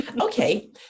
Okay